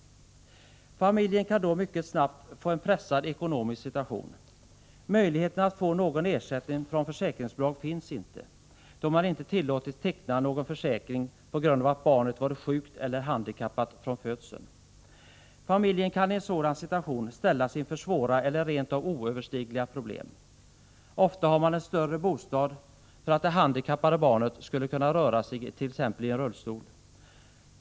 Familjen kan då mycket snabbt få en pressad ekonomisk situation. Möjligheten att få någon ersättning från försäkringsbolag finns inte, då man inte tillåtits teckna någon försäkring på grund av att barnet varit sjukt eller handikappat från födseln. Familjen kan i en sådan situation ställas inför svåra eller rent av oöverstigliga problem. Ofta har man en större bostad för att det handikappade barnet skulle kunna röra sigit.ex. rullstol.